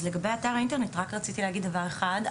אז לגבי אתר האינטרנט, רציתי להגיד רק דבר אחד.